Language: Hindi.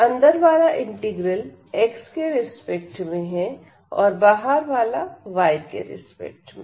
अंदर वाला इंटीग्रल x के रिस्पेक्ट में है और बाहर वाला y के रिस्पेक्ट में